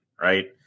right